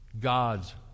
God's